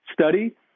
study